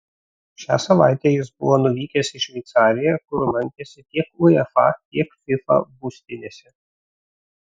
šią savaitę jis buvo nuvykęs į šveicariją kur lankėsi tiek uefa tiek fifa būstinėse